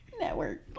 Network